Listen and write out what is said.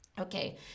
Okay